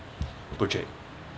project